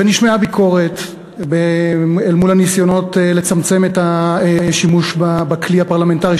ונשמעה ביקורת אל מול הניסיונות לצמצם את השימוש בכלי הפרלמנטרי,